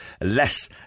less